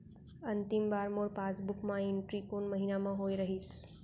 अंतिम बार मोर पासबुक मा एंट्री कोन महीना म होय रहिस?